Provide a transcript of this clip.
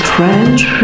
French